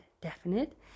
definite